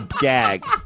gag